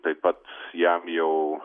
taip pat jam jau